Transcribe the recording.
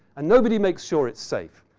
and nobody makes sure it's safe.